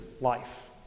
life